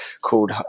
called